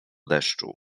deszczu